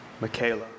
Michaela